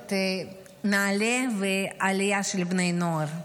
את נעל"ה ואת העלייה של בני נוער.